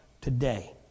today